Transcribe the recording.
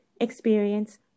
experience